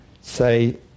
say